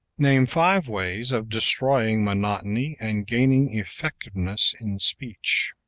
name five ways of destroying monotony and gaining effectiveness in speech.